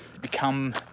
become